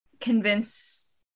convince